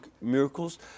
miracles